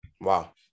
wow